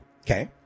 Okay